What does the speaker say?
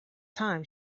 time